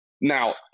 Now